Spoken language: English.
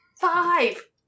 Five